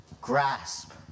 grasp